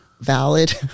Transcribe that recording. valid